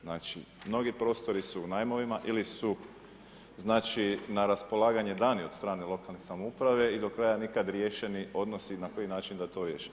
Znači, mnogi prostori su u najmovima, ili su na raspolaganju, dani od strane lokalne samouprave i do kraja nikad riješeni odnosi, na koji način da to riješe.